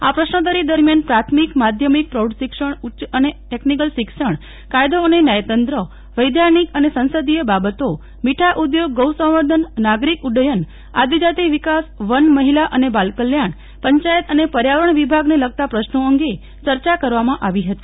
આ પ્રશ્નોતરી દરમિયાન પ્રાથમિક માધ્યમિક પ્રૌઢ શિક્ષણ ઉચ્ચ અને ટેકનિકલ શિક્ષણ કાયદો અને ન્યાયતંત્ર વૈધાનિક અને સંસદિય બાબતો મીઠા ઉઘોગ ગૌસંવર્ધન નાગરીક ઉડયન આદિજાતિ વિકાસ વન મહિલા અને બાલ કલ્યાણ પંચાયત અને પર્યાવરણ વિભાગને લગતા પ્રશ્નો અંગે ચર્ચા કરવામાં આવી હતી